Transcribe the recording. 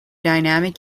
dynamic